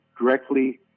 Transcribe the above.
directly